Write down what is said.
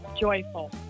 joyful